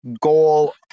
goal